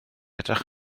edrych